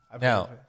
Now